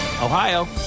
Ohio